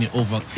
over